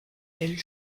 elle